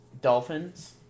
Dolphins